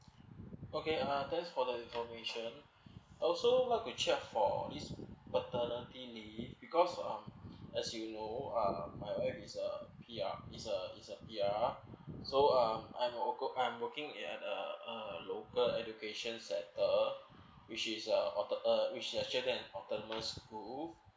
okay uh thanks for the information also want to check for this paternity leave because uh as you know uh my wife is a P_R is a is a P_R so uh I'm working at uh uh a local education centre which is uh auto~ which is uh australia and autonomous school